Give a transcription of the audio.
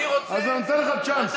אז אני נותן לך צ'אנס.